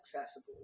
accessible